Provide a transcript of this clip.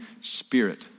spirit